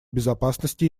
безопасности